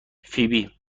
فیبی